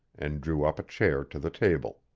and drew up a chair to the table.